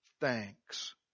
thanks